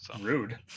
Rude